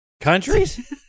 Countries